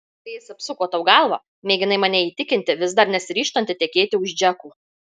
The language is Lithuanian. kai jis apsuko tau galvą mėginai mane įtikinti vis dar nesiryžtanti tekėti už džeko